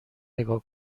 نگاه